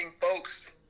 folks